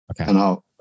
Okay